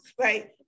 right